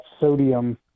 sodium